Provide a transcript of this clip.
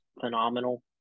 phenomenal